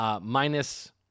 minus